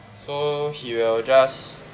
so he will just